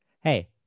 Hey